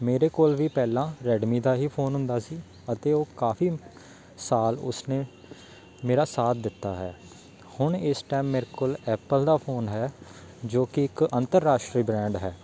ਮੇਰੇ ਕੋਲ ਵੀ ਪਹਿਲਾਂ ਰੈਡਮੀ ਦਾ ਹੀ ਫੋਨ ਹੁੰਦਾ ਸੀ ਅਤੇ ਉਹ ਕਾਫੀ ਸਾਲ ਉਸ ਨੇ ਮੇਰਾ ਸਾਥ ਦਿੱਤਾ ਹੈ ਹੁਣ ਇਸ ਟੈਮ ਮੇਰੇ ਕੋਲ ਐਪਲ ਦਾ ਫੋਨ ਹੈ ਜੋ ਕਿ ਇੱਕ ਅੰਤਰਰਾਸ਼ਟਰੀ ਬ੍ਰੈਂਡ ਹੈ